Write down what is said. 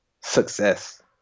success